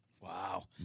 Wow